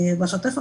בשוטף,